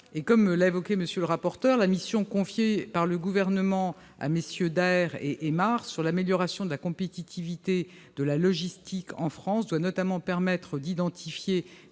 Comme l'a évoqué M. le rapporteur, la mission confiée par le Gouvernement à MM. Daher et Hémar sur l'amélioration de la compétitivité de la logistique en France doit permettre d'identifier